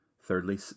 Thirdly